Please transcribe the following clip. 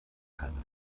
keine